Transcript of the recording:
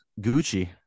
Gucci